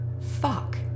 Fuck